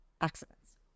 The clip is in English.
accidents